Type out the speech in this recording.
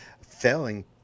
failing